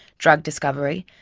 drug discovery,